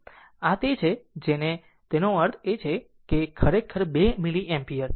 આ તે છે જેને આ વસ્તુ કહે છે તેનો અર્થ એ કે ખરેખર 2 મિલી એમ્પીયર